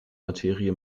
materie